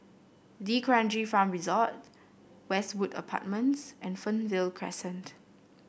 D'Kranji Farm Resort Westwood Apartments and Fernvale Crescent